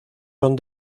son